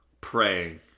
Praying